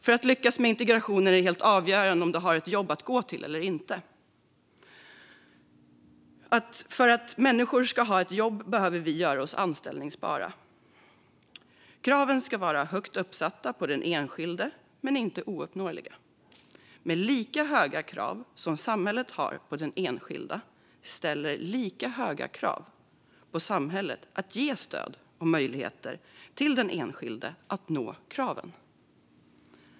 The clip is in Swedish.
För att vi ska lyckas med integrationen är det helt avgörande att människor har ett jobb att gå till, och för att få jobb behöver människor vara anställbara. Kraven ska vara höga på den enskilde, men inte ouppnåeliga. Men höga krav på den enskilde ställer höga krav på samhället att ge den enskilde stöd och möjligheter att nå kraven.